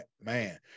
man